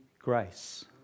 grace